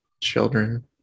children